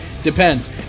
depends